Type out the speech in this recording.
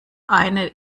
eine